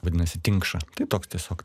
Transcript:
vadinasi tinkša tai toks tiesiog